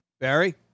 Barry